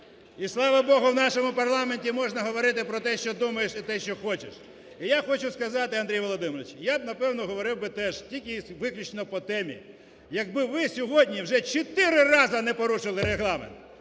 І, слава Богу, в нашому парламенті можна говорити про те, що думаєш, і те, що хочеш. І я хочу сказати, Андрій Володимирович, я б, напевно, говорив би теж тільки виключно по темі, якби ви сьогодні вже чотири рази не порушили Регламент.